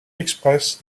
express